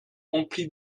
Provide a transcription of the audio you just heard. emplis